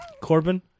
Corbin